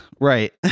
Right